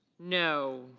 no.